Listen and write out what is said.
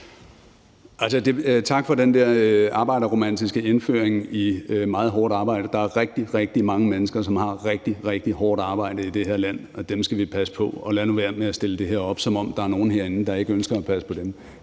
Tak for den der arbejderromantiske indføring i meget hårdt arbejde. Der er rigtig, rigtig mange mennesker i det her land, som har et rigtig, rigtig hårdt arbejde, og dem skal vi passe på. Og lad nu være med at stille det her op, som om der er nogen herinde, der ikke ønsker at passe på dem.